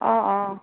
অ অ